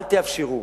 אל תאפשרו,